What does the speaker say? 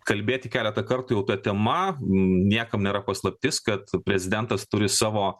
kalbėti keletą kartų jau ta tema niekam nėra paslaptis kad prezidentas turi savo